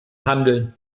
handeln